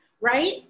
right